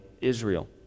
Israel